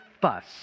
fuss